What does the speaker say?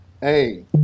Hey